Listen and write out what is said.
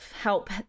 help